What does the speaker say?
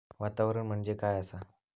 वातावरण म्हणजे काय आसा?